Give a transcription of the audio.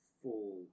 full